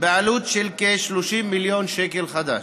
בעלות של כ-30 מיליון שקל חדש.